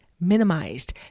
minimized